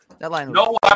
No